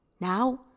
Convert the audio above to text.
Now